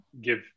give